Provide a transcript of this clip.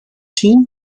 team